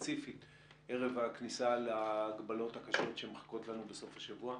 וספציפית ערב הכניסה להגבלות הקשות שמחכות לנו בסוף השבוע.